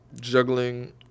juggling